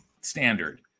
standard